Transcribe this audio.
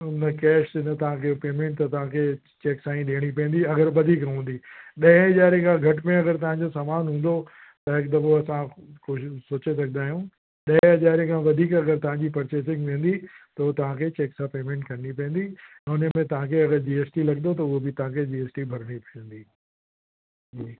न कैश न तव्हांखे पेमेंट त तव्हांखे चेक सां ई ॾियणी पवंदी अगरि वधीक हूंदी ॾहें हज़ारें खां घट में अगरि तव्हांजो सामानु हूंदो त हिकु दफ़ो असां सोच सोचे सघंदा आहियूं ॾहें हज़ारें खां वधीक अगरि तव्हांजी परचेजिंग वेंदी त हो तव्हांखे चेक सां पेमेंट करिणी पवंदी उन में तव्हांखे अगरि जी एस टी लॻंदव त उहो बि तव्हांखे जी एस टी भरिणी पवंदी हूं